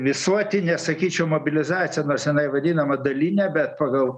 visuotinė sakyčiau mobilizacija nors jinai vadinama daline bet pagal